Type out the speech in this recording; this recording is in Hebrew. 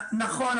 נכון.